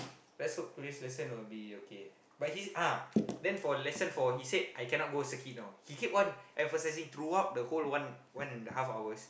let's hope today's lesson will be okay but he ah then for lesson four he said I cannot go circuit know he keep on emphasizing throughout the whole one one and a half hours